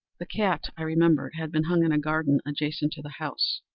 the cat, i remembered, had been hung in a garden adjacent to the house.